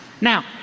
Now